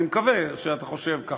אני מקווה שאתה חושב כך.